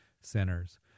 centers